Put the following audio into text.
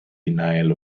denial